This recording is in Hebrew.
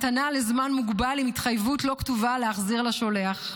מתנה לזמן מוגבל עם התחייבות לא כתובה להחזיר לשולח.